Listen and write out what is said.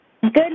Good